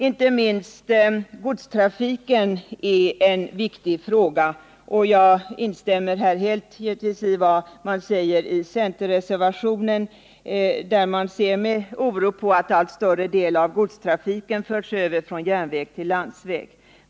Inte minst godstrafiken är en viktig fråga, och jag instämmer givetvis helt i vad som sägs i centerreservationen, där man ser med oro på att allt större del av godstrafiken förs över från järnväg till landsväg.